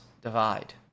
divide